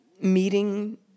meeting